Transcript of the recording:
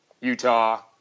Utah